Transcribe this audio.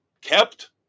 kept